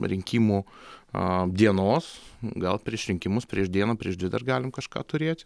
rinkimų aa dienos gal prieš rinkimus prieš dieną prieš dvi dar galim kažką turėt